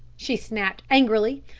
she snapped angrily.